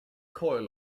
coil